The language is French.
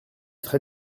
très